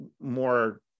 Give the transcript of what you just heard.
more